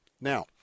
Now